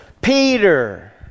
Peter